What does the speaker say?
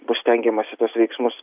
bus stengiamasi tuos veiksmus